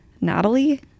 natalie